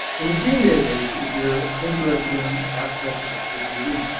and the gene database if you're interested in aspects of a particular gene.